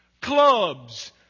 clubs